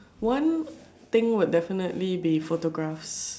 one thing would definitely be photograph